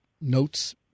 notes